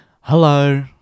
Hello